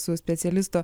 su specialisto